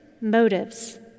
motives